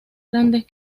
grandes